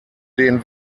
den